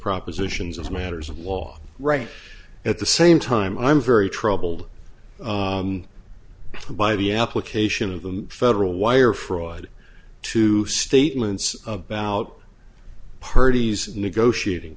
propositions as matters of law right at the same time i'm very troubled by the application of the federal wire fraud to statements about parties negotiating